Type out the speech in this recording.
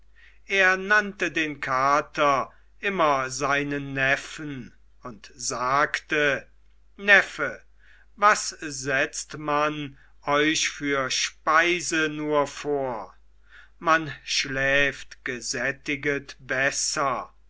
er nannte den kater immer seinen neffen und sagte neffe was setzt man euch für speise nur vor man schläft gesättiget besser